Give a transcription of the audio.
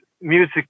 music